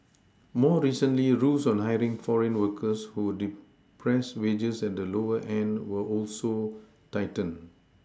more recently rules on hiring foreign workers who depress wages at the lower end were also tightened